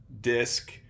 disc